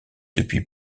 depuis